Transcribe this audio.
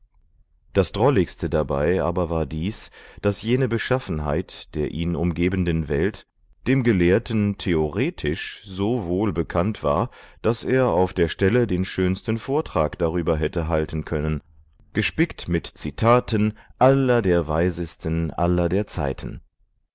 das drolligste dabei war aber dies daß jene beschaffenheit der ihn umgebenden welt dem gelehrten theoretisch so wohl bekannt war daß er auf der stelle den schönsten vortrag darüber hätte halten können gespickt mit zitaten aller der weisesten aller der zeiten